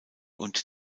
und